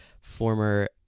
former